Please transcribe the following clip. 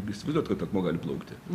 įsivaizduojat kad akmuo gali plaukti